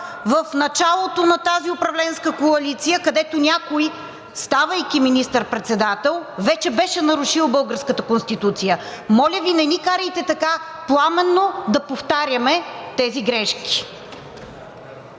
в началото на тази управленска коалиция, където някой, ставайки министър-председател, вече беше нарушил българската Конституция. Моля Ви, не ни карайте така пламенно да повтаряме тези грешки.